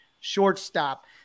shortstop